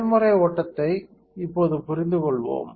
செயல்முறை ஓட்டத்தை இப்போது புரிந்துகொள்வோம்